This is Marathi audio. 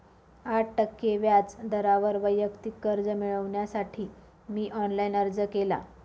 आठ टक्के व्याज दरावर वैयक्तिक कर्ज मिळविण्यासाठी मी ऑनलाइन अर्ज केला